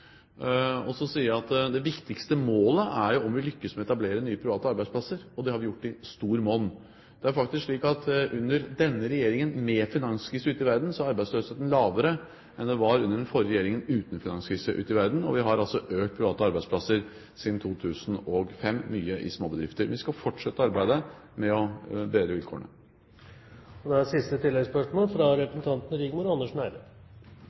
Og så sier jeg at det viktigste målet er jo om vi lykkes med å etablere nye private arbeidsplasser, og det har vi gjort i stort monn. Det er faktisk slik at under denne regjeringen, med finanskrise ute i verden, er arbeidsløsheten lavere enn den var under den forrige regjeringen, uten finanskrise ute i verden. Vi har altså økt antall private arbeidsplasser siden 2005 – mye i småbedrifter – men vi skal fortsette arbeidet med å bedre vilkårene. Rigmor Andersen Eide – til siste